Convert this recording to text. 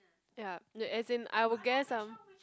ya no as in I will guess some